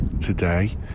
today